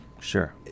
Sure